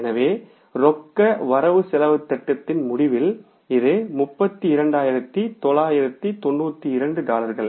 எனவே ரொக்க திட்ட பட்டியலின் முடிவில் இது 32992 டாலர்கள்